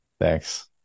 Thanks